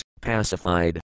pacified